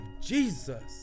Jesus